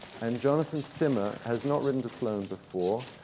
and jonathan swymmer has not written to sloane before,